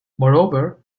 moreover